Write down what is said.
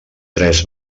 tres